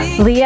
Leah